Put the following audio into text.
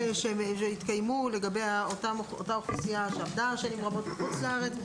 ----- שהתקיימו לגבי אותה אוכלוסייה שעבדה שנים רבות בחו"ל,